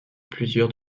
plusieurs